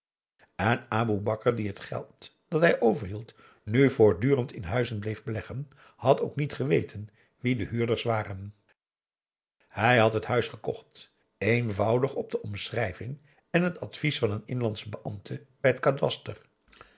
en aboe bakar die het geld dat hij overhield nu aum boe akar eel in huizen bleef beleggen had ook niet geweten wie de huurders waren hij had het huis gekocht eenvoudig op de omschrijving en het advies van een inlandsen beambte bij t kadaster